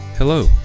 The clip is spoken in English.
Hello